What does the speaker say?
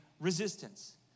resistance